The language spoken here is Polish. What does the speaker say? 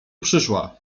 przyszła